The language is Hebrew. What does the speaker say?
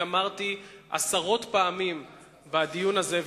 אמרתי עשרות פעמים בדיון הזה,